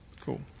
Cool